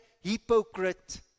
hypocrite